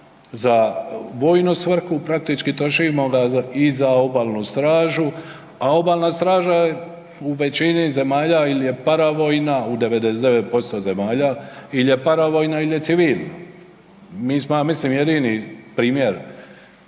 za vojnu svrhu praktički trošimo ga i za obalnu stražu, a obalna straža u većini zemalja ili je paravojna u 99% zemalja, ili je paravojna ili je civilna. Mi smo ja mislim jedini primjer